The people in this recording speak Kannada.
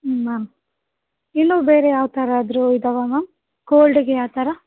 ಹ್ಞೂ ಮ್ಯಾಮ್ ಇನ್ನು ಬೇರೆ ಯಾವ್ಥರ ಆದರು ಇದ್ದಾವ ಮ್ಯಾಮ್ ಕೋಲ್ಡಿಗೆ ಆ ಥರ